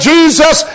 Jesus